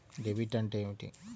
Debit అంటే ఏమిటి?